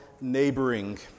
neighboring